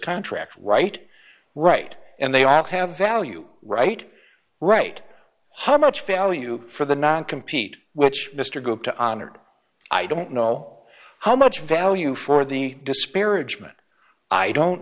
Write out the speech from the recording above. contract right right and they all have value right right how much value for the non compete which mr go to honor i don't know how much value for the disparagement i don't